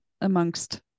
amongst